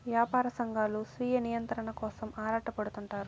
యాపార సంఘాలు స్వీయ నియంత్రణ కోసం ఆరాటపడుతుంటారు